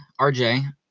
RJ